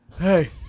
Hey